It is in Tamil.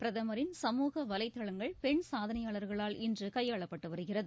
பிரதமரின் சமூக வலைதளங்கள் பெண் சாதனையாளர்களால் இன்று கையாளப்பட்டு வருகிறது